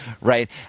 Right